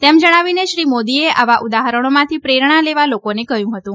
તેમ જણાવીને શ્રી મોદીએ આવા ઉદાહરણોમાંથી પ્રેરણા લેવા લોકોને કહ્યું હતું